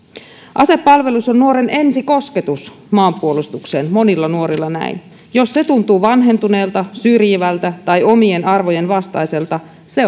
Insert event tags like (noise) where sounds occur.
asepalvelus on nuoren ensikosketus maanpuolustukseen monilla nuorilla näin jos se tuntuu vanhentuneelta syrjivältä tai omien arvojen vastaiselta se (unintelligible)